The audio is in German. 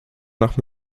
nach